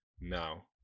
now